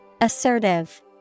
Assertive